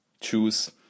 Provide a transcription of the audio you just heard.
choose